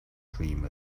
dream